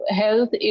health